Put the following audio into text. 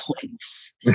points